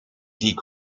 die